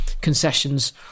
concessions